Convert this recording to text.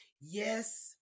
yes